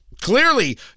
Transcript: clearly